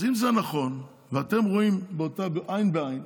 אז אם זה נכון ואתם רואים עין בעין,